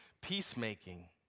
Peacemaking